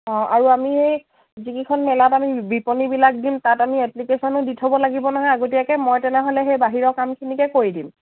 অঁ আৰু আমি সেই যি কিখন মেলাত আমি বিপণীবিলাক দিম তাত আমি এপ্লিকেশ্যনো দি থ'ব লাগিব নহয় আগতীয়াকে মই তেনেহ'লে সেই বাহিৰৰ কামখিনিকে কৰি দিম